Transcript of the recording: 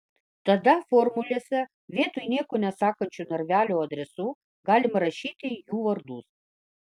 tada formulėse vietoj nieko nesakančių narvelių adresų galima rašyti jų vardus